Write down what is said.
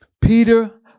Peter